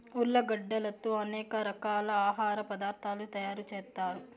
ఉర్లగడ్డలతో అనేక రకాల ఆహార పదార్థాలు తయారు చేత్తారు